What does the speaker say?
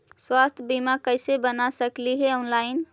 स्वास्थ्य बीमा कैसे बना सकली हे ऑनलाइन?